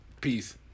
peace